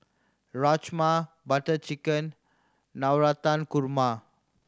Rajma Butter Chicken Navratan Korma